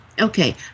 okay